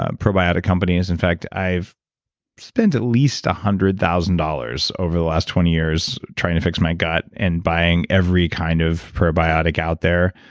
ah probiotic companies. in fact, i've spent at least one hundred thousand dollars over the last twenty years trying to fix my gut and buying every kind of probiotic out there.